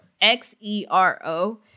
X-E-R-O